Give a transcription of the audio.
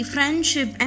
Friendship